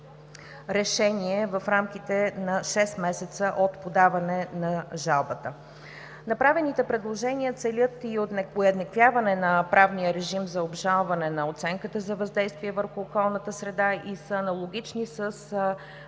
в рамките на шест месеца от подаване на жалбата. Направените предложения целят и уеднаквяване на правния режим за обжалване на оценката за въздействие върху околната среда и са аналогични с